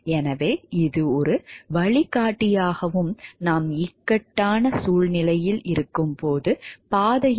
எனவே இது ஒரு வழிகாட்டியாகவும் நாம் இக்கட்டான சூழ்நிலையில் இருக்கும்போது பாதையைக் காட்டவும் செயல்படுகிறது